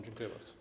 Dziękuję bardzo.